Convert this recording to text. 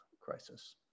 crisis